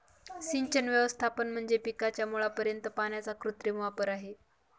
सिंचन व्यवस्थापन म्हणजे पिकाच्या मुळापर्यंत पाण्याचा कृत्रिम वापर आहे